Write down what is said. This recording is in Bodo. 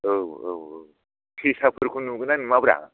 औ औ औ सेसाफोरखौ नुगोन ना नुवा